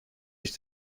dich